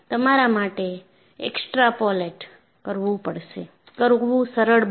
તમારા માટે એક્સ્ટ્રાપોલેટ કરવું સરળ છે